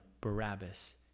Barabbas